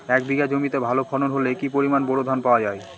এক বিঘা জমিতে ভালো ফলন হলে কি পরিমাণ বোরো ধান পাওয়া যায়?